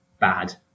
bad